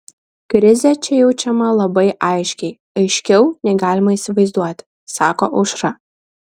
krizė čia jaučiama labai aiškiai aiškiau nei galima įsivaizduoti sako aušra